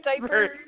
diapers